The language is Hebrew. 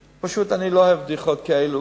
פשוט, אני לא אוהב את הבדיחות האלה.